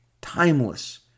timeless